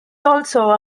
also